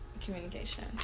communication